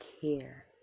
care